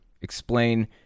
explain